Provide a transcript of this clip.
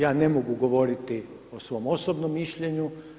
Ja ne mogu govoriti o svom osobnom mišljenju.